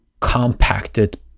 compacted